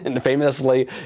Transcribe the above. famously